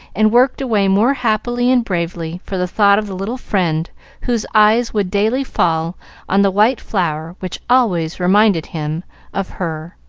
and worked away more happily and bravely for the thought of the little friend whose eyes would daily fall on the white flower which always reminded him of her.